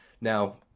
Now